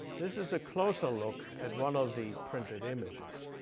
this is a closer look at one of the printed images.